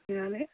फैनानै